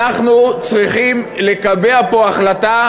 אנחנו צריכים לקבע פה החלטה,